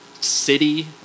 city